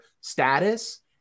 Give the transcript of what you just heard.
status